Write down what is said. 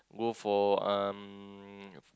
go for um